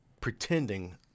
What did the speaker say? pretending